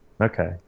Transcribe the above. Okay